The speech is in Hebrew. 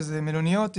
שזה מלוניות,